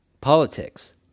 politics